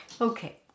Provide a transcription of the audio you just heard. Okay